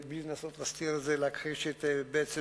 בלי לנסות להסתיר את זה, להכחיש את עצם